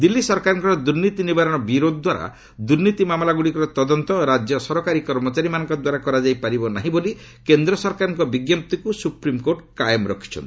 ଦିଲ୍ଲୀ ସରାକରଙ୍କର ଦୁର୍ନୀତି ନିବାରଣ ବ୍ୟୁରୋ ଦ୍ୱାରା ଦୁର୍ନୀତି ମାମଲା ଗୁଡ଼ିକର ତଦନ୍ତ ରାଜ୍ୟ ସରକାରୀ କର୍ମଚାରୀମାନଙ୍କ ଦ୍ୱାରା କରାଯାଇପାରିବ ନାହିଁ ବୋଲି କେନ୍ଦ୍ର ସରକାରଙ୍କ ବିଜ୍ଞପ୍ତିକୁ ସୁପ୍ରିମକୋର୍ଟ କାଏମ ରଖିଛନ୍ତି